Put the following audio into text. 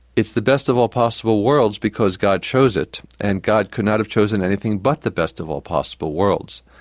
it's the best of all possible worlds because god chose it and god can not have chosen anything but the best of all possible worlds.